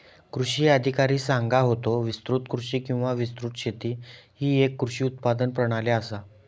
कृषी अधिकारी सांगा होतो, विस्तृत कृषी किंवा विस्तृत शेती ही येक कृषी उत्पादन प्रणाली आसा